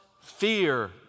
fear